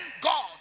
God